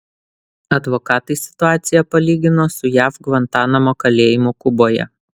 advokatai situaciją palygino su jav gvantanamo kalėjimu kuboje